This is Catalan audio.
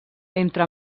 entre